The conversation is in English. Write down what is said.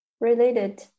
related